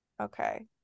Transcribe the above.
Okay